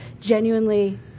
genuinely